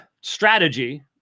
strategy